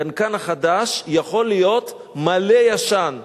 הקנקן החדש יכול להיות מלא ישן.